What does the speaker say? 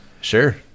Sure